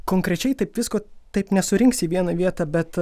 konkrečiai taip visko taip nesurinksi į vieną vietą bet